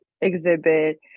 exhibit